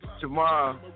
tomorrow